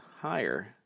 higher